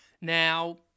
Now